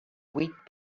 whip